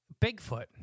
Bigfoot